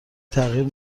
تغییر